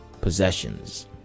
possessions